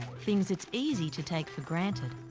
things it's easy to take for granted,